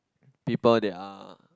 people that are